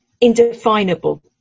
indefinable